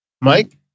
Mike